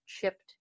chipped